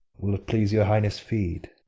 will't please your highness feed?